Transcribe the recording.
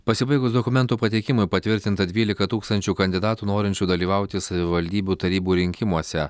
pasibaigus dokumentų pateikimui patvirtinta dvylika tūkstančių kandidatų norinčių dalyvauti savivaldybių tarybų rinkimuose